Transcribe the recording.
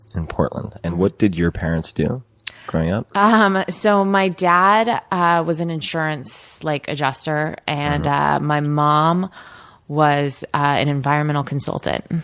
in portland. and, what did your parents do growing up? um so, my dad ah was an insurance like adjuster, and my mom was an environmental consultant.